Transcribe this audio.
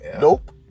Nope